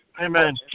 Amen